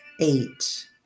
eight